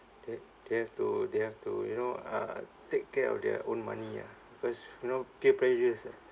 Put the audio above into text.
that they have to they have to you know uh take care of their own money ah because you know peer pressures eh